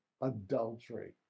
adultery